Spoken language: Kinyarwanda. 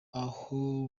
aho